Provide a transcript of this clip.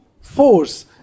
force